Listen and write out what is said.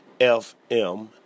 FM